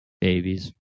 Babies